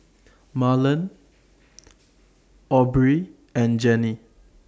Marlen Aubree and Jenny